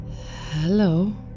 Hello